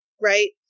right